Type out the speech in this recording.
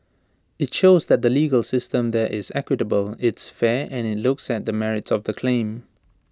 IT shows that the legal system there is equitable it's fair and IT looks at the merits of the claim